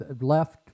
left